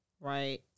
Right